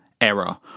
error